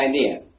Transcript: idea